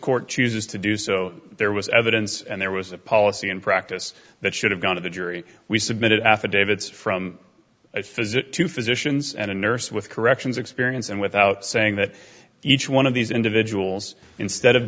court chooses to do so there was evidence and there was a policy in practice that should have gone to the jury we submitted affidavits from a physic to physicians and a nurse with corrections experience and without saying that each one of these individuals instead of